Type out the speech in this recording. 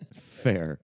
Fair